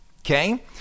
okay